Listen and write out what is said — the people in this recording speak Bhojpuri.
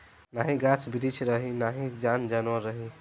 नाही गाछ बिरिछ रही नाही जन जानवर रही